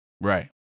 Right